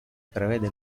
prevede